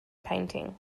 painting